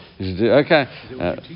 Okay